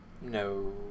No